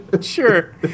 sure